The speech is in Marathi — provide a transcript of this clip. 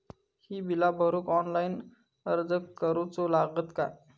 ही बीला भरूक ऑनलाइन अर्ज करूचो लागत काय?